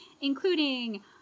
including